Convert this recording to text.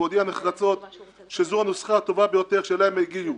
והודיעה נחרצות שזו הנוסחה הטובה ביותר שאליה הם הגיעו?